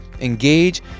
engage